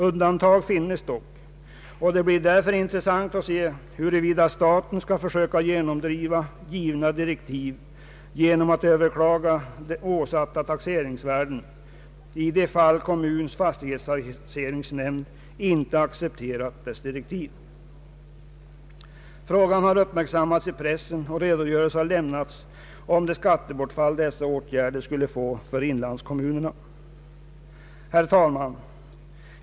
Undantag finns dock, och det blir därför intressant att se huruvida staten skall försöka genomdriva givna direktiv genom att överklaga åsatta taxeringsvärden i det fall kommunens fastighetstaxeringsnämnd icke accepterat dessa direktiv. Frågan har uppmärksammats i pressen, och redogörelser har lämnats om det skattebortfall dessa åtgärder skulle få för inlandskommunerna. Herr talman!